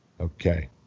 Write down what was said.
Okay